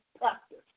practice